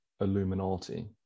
Illuminati